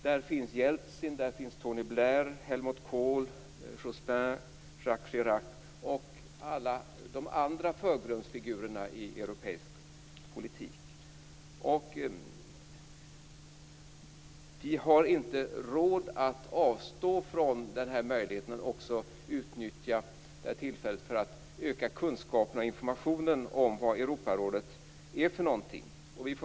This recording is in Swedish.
Där finns Jeltsin, Tony Blair, Helmut Kohl, Jospin, Jacques Chirac och alla de andra förgrundsfigurerna i europeisk politik. Vi har inte råd att avstå från möjligheten att utnyttja det här tillfället för att öka kunskaperna och informationen om vad Europarådet är för någonting.